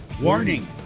Warning